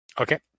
Okay